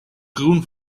groen